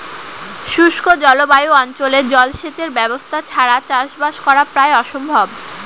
শুষ্ক জলবায়ু অঞ্চলে জলসেচের ব্যবস্থা ছাড়া চাষবাস করা প্রায় অসম্ভব